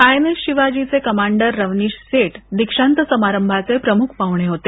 I N S Shivaji चे commander Ravnish Seth दीक्षांत समारंभाचे प्रमुख पाह्णे होते